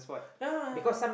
ya ya ya